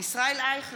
ישראל אייכלר,